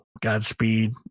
Godspeed